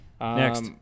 Next